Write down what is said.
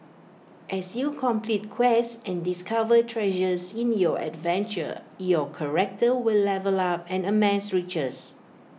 as you complete quests and discover treasures in your adventure your character will level up and amass riches